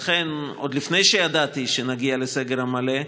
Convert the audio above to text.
לכן, עוד לפני שידעתי שנגיע לסגר מלא,